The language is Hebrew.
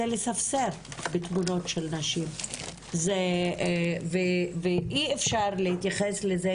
זה לספסר בתמונות של נשים ואי אפשר להתייחס לזה